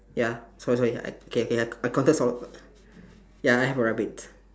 ya sorry sorry I K K I counted so ya I have a rabbit